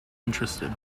interested